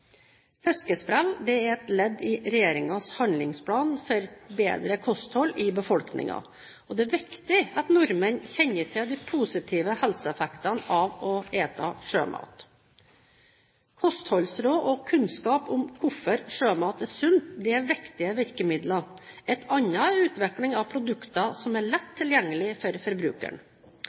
er et ledd i regjeringens handlingsplan for bedre kosthold i befolkningen. Det er viktig at nordmenn kjenner til de positive helseeffektene av å spise sjømat. Kostholdsråd og kunnskap om hvorfor sjømat er sunt, er viktige virkemidler, et annet er utvikling av produkter som er lett tilgjengelige for forbrukeren.